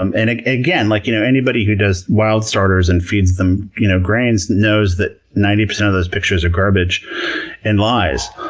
um and ah again, like you know anybody who does wild starters and feeds them you know grains knows that ninety percent of those pictures are garbage and lies,